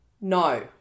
No